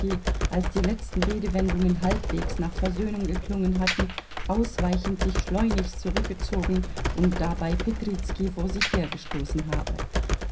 als die letzten redewendungen halbwegs nach versöhnung geklungen hatten ausweichend sich schleunigst zurückgezogen und dabei petrizki vor sich hergestoßen habe